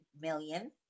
million